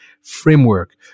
framework